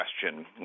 question